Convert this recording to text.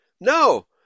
No